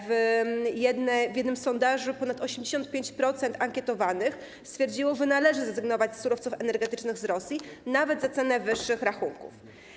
W jednym sondażu ponad 85% ankietowanych stwierdziło, że należy zrezygnować z surowców energetycznych z Rosji nawet za cenę wyższych rachunków.